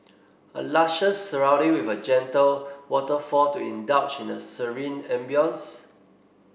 a luscious surrounding with a gentle waterfall to indulge in a serene ambience